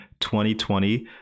2020